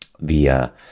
via